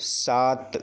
सात